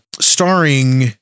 starring